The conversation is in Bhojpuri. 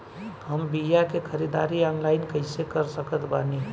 हम बीया के ख़रीदारी ऑनलाइन कैसे कर सकत बानी?